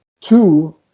two